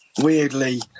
weirdly